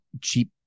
cheap